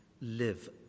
live